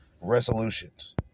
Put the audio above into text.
resolutions